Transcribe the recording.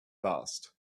last